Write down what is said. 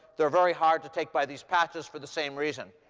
they're very hard to take by these patches for the same reason.